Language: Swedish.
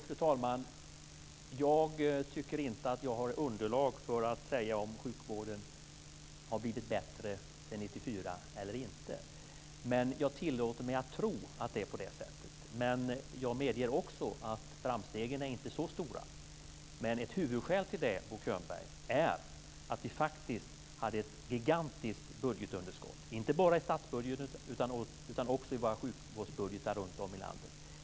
Fru talman! Jag tycker inte att jag har underlag för att säga om sjukvården har blivit bättre sedan 1994 eller inte. Men jag tillåter mig att tro att det är på det sättet. Jag medger också att framstegen inte är så stora. Men ett huvudskäl till det, Bo Könberg, är att vi faktiskt hade ett gigantiskt budgetunderskott, inte bara i statsbudgeten, utan också i våra sjukvårdsbudgetar runt om i landet.